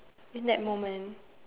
in that moment